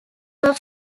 were